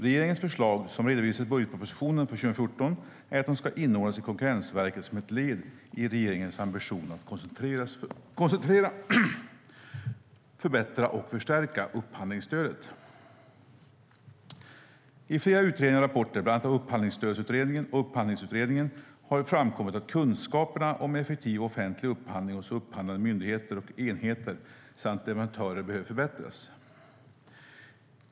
Regeringens förslag, som redovisades i budgetpropositionen för 2014, är att de ska inordnas i Konkurrensverket som ett led i regeringens ambition att koncentrera, förbättra och förstärka upphandlingsstödet. I flera utredningar och rapporter, bland annat av Upphandlingsstödsutredningen och Upphandlingsutredningen, har det framkommit att kunskaperna om effektiv offentlig upphandling hos upphandlande myndigheter och enheter samt leverantörer behöver förbättras.